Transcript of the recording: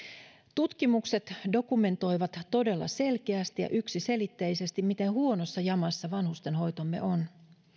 tutkimukset dokumentoivat todella selkeästi ja yksiselitteisesti miten huonossa jamassa vanhustenhoitomme on